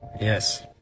Yes